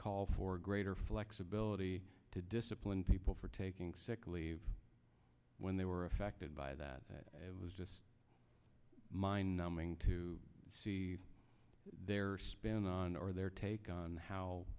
call for greater flexibility to discipline people for taking sick leave when they were affected by that it was just mind numbing to see their spin on or their take on how